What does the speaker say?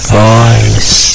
voice